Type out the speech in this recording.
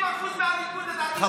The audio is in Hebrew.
70% מהליכוד, רוצים שתתעסק ביוקר המחיה.